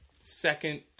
second